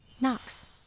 Knox